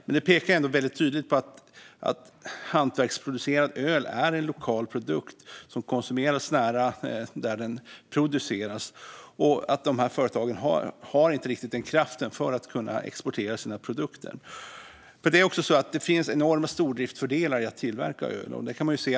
Men det pekar ändå väldigt tydligt på att hantverksproducerat öl är en lokal produkt som konsumeras nära den plats där den produceras och att de här företagen inte riktigt har kraften att kunna exportera sina produkter. Det finns enorma stordriftsfördelar vid tillverkning av öl.